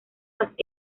las